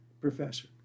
professor